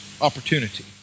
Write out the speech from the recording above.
Opportunity